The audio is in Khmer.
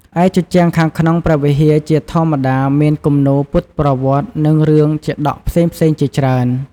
ឯជញ្ជាំងខាងក្នុងព្រះវិហារជាធម្មតាមានគំនូរពុទ្ធប្រវត្តិ និងរឿងជាតកផ្សេងៗជាច្រើន។